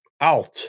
Out